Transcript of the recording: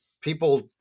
People